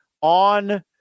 on